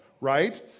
right